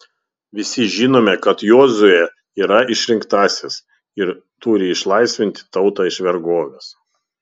visi žinome kad jozuė yra išrinktasis ir turi išlaisvinti tautą iš vergovės